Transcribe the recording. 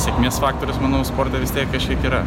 sėkmės faktorius manau sporte vis tiek kažkiek yra